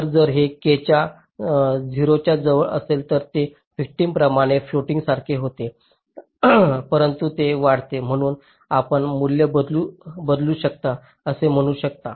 तर जर हे के 0 च्या जवळ असेल तर ते व्हिक्टिमाप्रमाणे फ्लोटिंग सारखे होते परंतु के वाढते म्हणून आपण मूल्य बदलू शकता असे म्हणू शकता